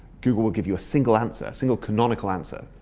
google will give you a single answer, single canonical answer.